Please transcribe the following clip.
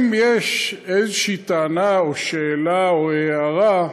אם יש איזו טענה, שאלה או הערה,